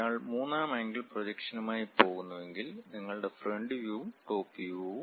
ഒരാൾ മൂന്നാം ആംഗിൾ പ്രൊജക്ഷനുമായി പോകുന്നുവെങ്കിൽ നിങ്ങളുടെ ഫ്രണ്ട് വ്യൂവും ടോപ് വ്യൂ വും